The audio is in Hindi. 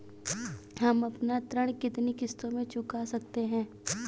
हम अपना ऋण कितनी किश्तों में चुका सकते हैं?